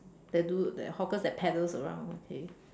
that do that hawkers that peddles around okay